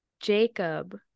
Jacob